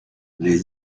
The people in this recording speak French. les